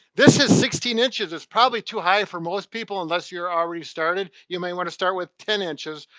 this is sixteen inches, it's probably too high for most people unless you're already started. you may want to start with ten inches.